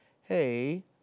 hey